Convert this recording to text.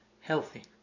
Healthy